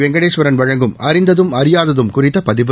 வெங்கடேஸ்வரன் வழங்கும் அறிந்ததும் அறியாததும் குறித்த பதிவு